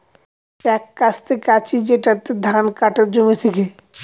এক কাস্তে কাঁচি যেটাতে ধান কাটে জমি থেকে